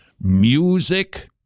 Music